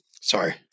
sorry